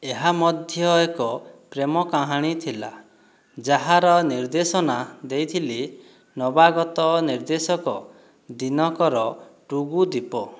ଏହା ମଧ୍ୟ ଏକ ପ୍ରେମ କାହାଣୀ ଥିଲା ଯାହାର ନିର୍ଦ୍ଦେଶନା ଦେଇଥିଲେ ନବାଗତ ନିର୍ଦ୍ଦେଶକ ଦିନକର ଟୁଗୁଦୀପ